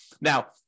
Now